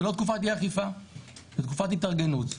זאת לא תקופת אי אכיפה אלא זאת תקופת התארגנות.